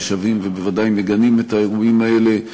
ושבים ובוודאי מגנים את האירועים האלה,